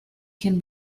can